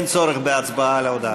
אין צורך בהצבעה על ההודעה.